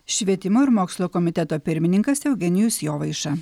švietimo ir mokslo komiteto pirmininkas eugenijus jovaiša